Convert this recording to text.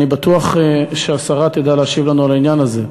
אני בטוח שהשרה תדע להשיב לנו על העניין הזה.